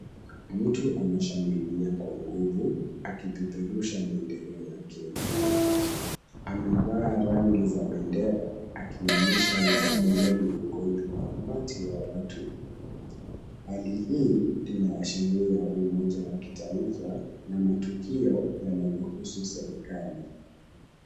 Mtu anashangilia kwa nguvu akipeperusha bendera ya kenya. Amevaa rangi za bendera akionyesha uzalendo miongoni mwa umati wa watu. Hali hii inaashiria umoja wa kitaifa na matukio yanayohusu serikali.